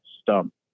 stump